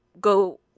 go